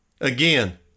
Again